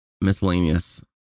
miscellaneous